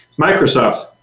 Microsoft